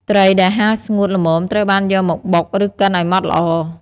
ត្រីដែលហាលស្ងួតល្មមត្រូវបានយកមកបុក ឬកិនឱ្យម៉ដ្ឋល្អ។